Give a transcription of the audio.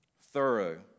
Thorough